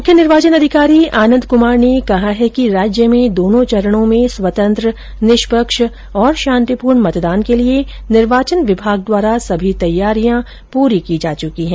मुख्य निर्वाचन अधिकारी आनंद कुमार ने कहा है कि राज्य में दोनों चरणों में स्वतंत्र निष्पक्ष और शांतिपूर्ण मतदान के लिए निर्वाचन विभाग द्वारा सभी तैयारियां पूरी की जा चुकी है